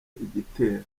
igitero